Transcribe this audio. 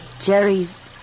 Jerry's